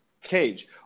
Cage